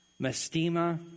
Mestima